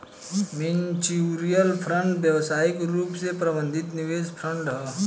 mutual fund व्यावसायिक रूप से प्रबंधित निवेश फंड ह